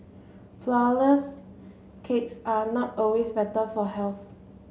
flour less cakes are not always better for health